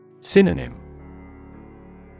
Synonym